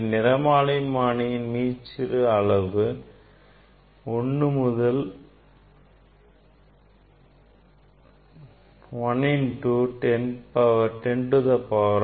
நிறமாலைமானியின் மீச்சிறு அளவு 1 into 10 to the power minus 4 radian